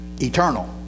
eternal